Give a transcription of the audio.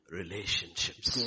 relationships